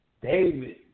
David